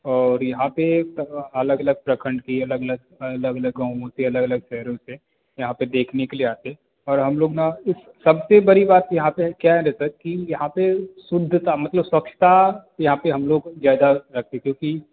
और यहाँ पर अलग अलग प्रखंड की अलग अलग अलग अलग गाँव होते हैं अलग अलग पैरोल पर आप देखने के लिए आते हैं और हम लोग ना कुछ सब से बड़ी बात यहाँ पर क्या रहता है कि यहाँ पर शुद्धता मतलब स्वच्छता यहाँ पर हम लोग को ज़्यादा रखते क्योंकि